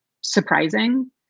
surprising